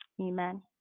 Amen